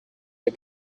les